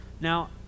Now